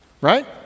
right